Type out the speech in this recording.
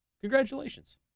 Congratulations